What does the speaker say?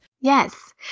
Yes